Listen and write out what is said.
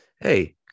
Hey